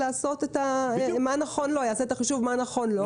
אני רוצה לדעת שבחלוף תקופת האחריות,